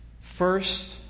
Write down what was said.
First